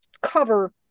cover